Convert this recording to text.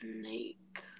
snake